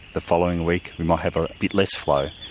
the following week we might have a bit less flow,